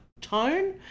tone